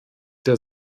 der